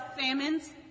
famines